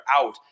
out